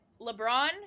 LeBron